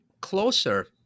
closer